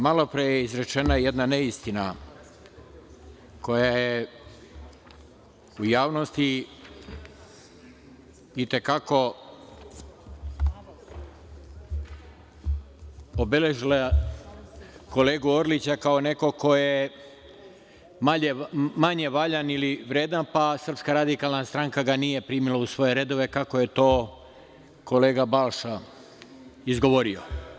Malopre je izrečena jedna neistina koja je u javnosti i te kako obeležila kolegu Orlića kao nekog ko je manje valjan ili vredan, pa SRS ga nije primila u svoje redove kako je to kolega Balša izgovorio.